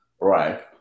Right